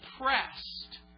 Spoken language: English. pressed